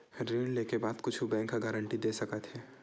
ऋण लेके बाद कुछु बैंक ह का गारेंटी दे सकत हे?